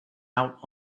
out